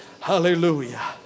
Hallelujah